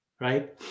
right